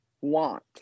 want